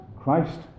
Christ